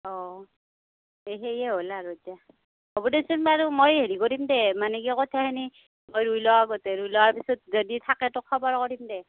অঁ এই সেয়ে হ'ল আৰু এতিয়া হ'ব দেচোন বাৰু মই হেৰি কৰিম দে মানে কি কঠীয়াখিনি মই ৰুই লওঁ আগতে ৰুই লোৱাৰ পিছত যদি থাকে তোক খবৰ কৰিম দে